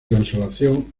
consolación